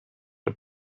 the